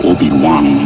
Obi-Wan